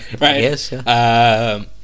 Yes